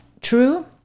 true